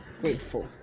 grateful